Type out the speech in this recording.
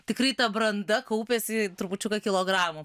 tikrai ta branda kaupiasi trupučiuką kilogramų